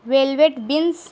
velvet beans